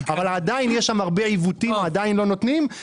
אבל עדיין יש שם הרבה עיוותים ועדיין לא נותנים.